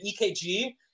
EKG